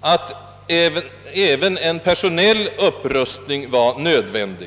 att även en personell upprustning var nödvändig.